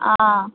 ஆ